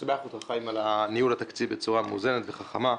לשבח את חיים על ניהול התקציב בצורה מאוזנת וחכמה.